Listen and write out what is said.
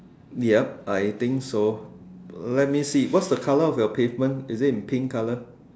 yup I think so uh let me see what's the colour of your pavement is it in pink colour